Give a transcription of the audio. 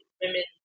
women